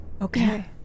Okay